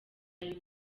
ari